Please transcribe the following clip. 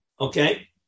Okay